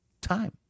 Time